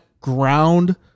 ground